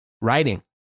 writing